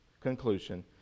conclusion